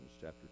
chapter